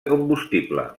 combustible